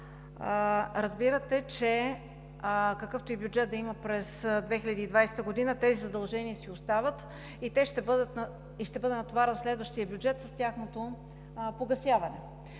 Разбирате, че какъвто и бюджет да има през 2020 г., тези задължения си остават и ще бъде натоварен следващият бюджет с тяхното погасяване.